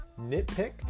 nitpicked